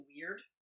weird